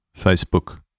Facebook